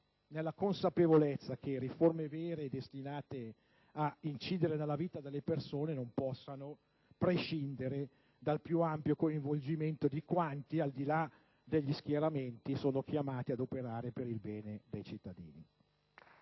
nella consapevolezza che riforme vere e destinate a incidere nella vita delle persone non possano prescindere dal più ampio coinvolgimento di quanti, al di là degli schieramenti, sono chiamati ad operare per il bene dei cittadini.